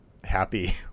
happy